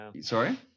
Sorry